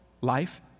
life